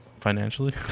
financially